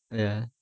ya